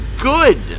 good